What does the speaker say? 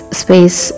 space